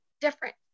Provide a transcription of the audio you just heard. different